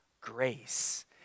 Grace